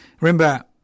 Remember